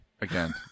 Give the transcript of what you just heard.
Again